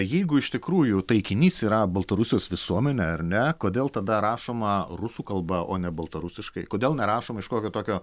jeigu iš tikrųjų taikinys yra baltarusijos visuomenė ar ne kodėl tada rašoma rusų kalba o ne baltarusiškai kodėl nerašoma iš kokio tokio